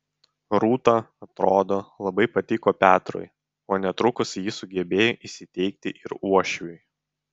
rūta atrodo labai patiko petrui o netrukus ji sugebėjo įsiteikti ir uošviui